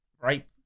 right